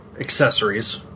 accessories